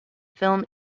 film